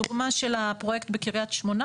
הדוגמה של הפרויקט בקריית שמונה,